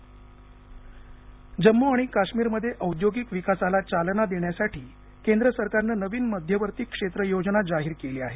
जम्मू काश्मीर योजना जम्मू आणि काश्मीर मध्ये औद्योगिक विकासाला चालना देण्यासाठी केंद्र सरकारनं नवीन मध्यवर्ती क्षेत्र योजना जाहीर केली आहे